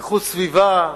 איכות סביבה,